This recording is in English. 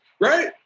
right